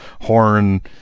horn